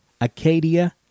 Acadia